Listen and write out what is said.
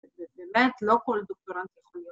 במאט לא כל דוקטורנט יכול להיות